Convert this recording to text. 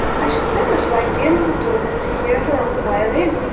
i should so much like dear mrs. daubeny to hear her on the violin.